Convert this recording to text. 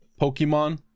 Pokemon